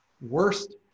worst